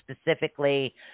specifically